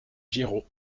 giraud